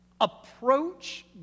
approach